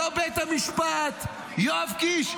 לא בית המשפט, יואב קיש.